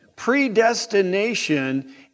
predestination